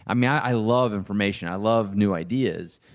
um yeah i love information, i love new ideas,